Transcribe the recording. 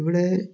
ഇവിടെ